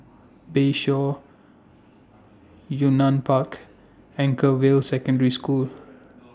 Bayshore Yunnan Park and Anchorvale Secondary School